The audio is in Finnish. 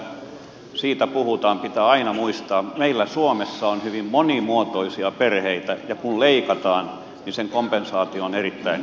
kun lapsilisäjärjestelmästä puhutaan pitää aina muistaa että meillä suomessa on hyvin monimuotoisia perheitä ja kun leikataan niin sen kompensaatio on erittäin vaikea